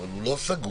אבל הוא לא סגור,